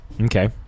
Okay